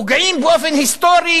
פוגעים באופן היסטורי,